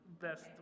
best